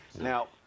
Now